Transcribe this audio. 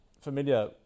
familiar